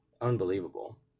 unbelievable